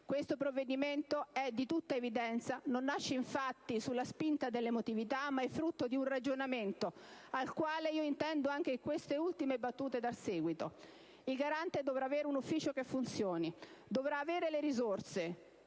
Questo provvedimento, è di tutta evidenza, non nasce infatti sulla spinta dell'emotività ma è frutto di un ragionamento al quale io intendo anche in queste ultime battute dar seguito. Il Garante dovrà avere un ufficio che funzioni; dovrà avere le risorse;